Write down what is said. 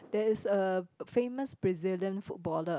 there is a famous Brazilian footballer